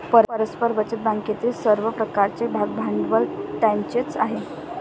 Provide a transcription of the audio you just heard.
परस्पर बचत बँकेतील सर्व प्रकारचे भागभांडवल त्यांचेच आहे